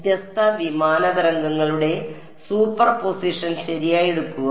വ്യത്യസ്ത വിമാന തരംഗങ്ങളുടെ സൂപ്പർ പൊസിഷൻ ശരിയായി എടുക്കുക